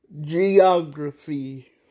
geography